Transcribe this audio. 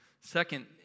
Second